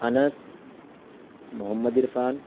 Anas Mohammad Irfan